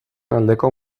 aldeko